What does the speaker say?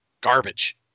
garbage